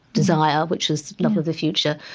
desire, which is love of the future,